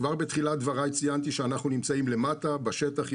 כבר בתחילת דברי ציינתי שאנחנו נמצאים למטה בשטח,